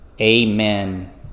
Amen